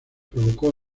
provocó